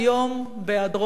בהיעדרו של גנדי,